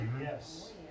yes